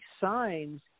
signs